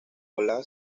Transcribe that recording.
college